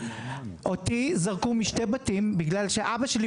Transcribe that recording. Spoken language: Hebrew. אותי זרקו משני בתים בגלל שאבא שלי